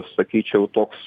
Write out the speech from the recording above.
sakyčiau toks